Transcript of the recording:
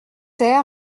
ter